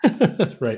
Right